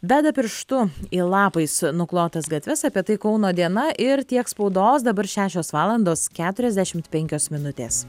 beda pirštu į lapais nuklotas gatves apie tai kauno diena ir tiek spaudos dabar šešios valandos keturiasdešimt penkios minutės